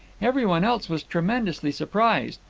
every one else was tremendously surprised.